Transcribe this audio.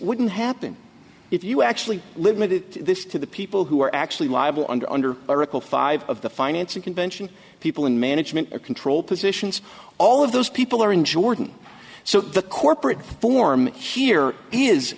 wouldn't happen if you actually limit this to the people who are actually liable under under a recall five of the financing convention people in management control positions all of those people are in jordan so the corporate form here